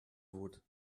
wood